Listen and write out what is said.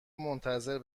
منتظر